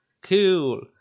Cool